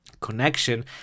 connection